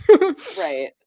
Right